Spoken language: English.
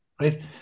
Right